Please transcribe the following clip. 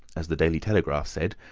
as the daily telegraph said,